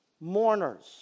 mourners